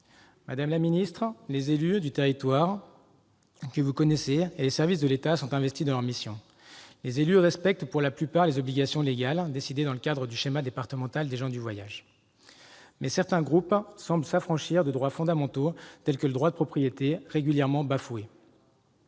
Madame la ministre, les élus du territoire et les services de l'État sont investis dans leurs missions. La plupart des élus respectent les obligations légales décidées dans le cadre du schéma départemental des gens du voyage, mais certains groupes semblent s'affranchir des droits fondamentaux, tels que le droit de propriété, qui est régulièrement bafoué.